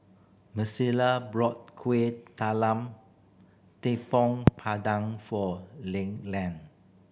brought Kueh Talam Tepong padan for